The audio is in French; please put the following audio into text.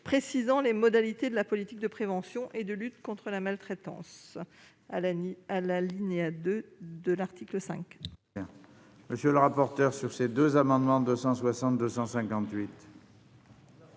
précisant les modalités de la politique de prévention et de lutte contre la maltraitance. Quel est l'avis de